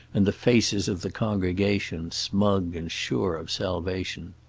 and the faces of the congregation, smug and sure of salvation.